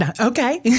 Okay